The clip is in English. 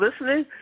listening